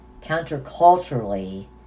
counterculturally